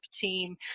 team